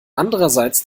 andererseits